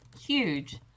huge